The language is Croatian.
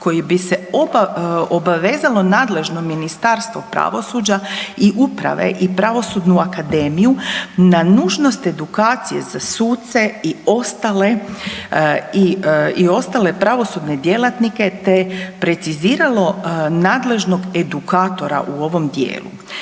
kojim bi se obavezalo nadležno Ministarstvo pravosuđa i uprave i Pravosudnu akademiju na nužnost edukacije za suce i ostale i ostale pravosudne djelatnike te preciziralo nadležnog edukatora u ovom dijelu